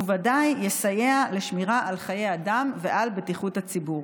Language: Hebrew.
וודאי יסייע לשמירה על חיי אדם ועל בטיחות הציבור.